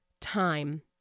time